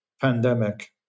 pandemic